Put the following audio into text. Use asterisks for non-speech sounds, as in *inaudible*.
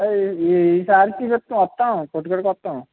ఈ సారికి *unintelligible* వస్తాం కొట్టుకాడికి వస్తాం